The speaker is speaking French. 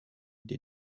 des